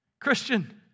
Christian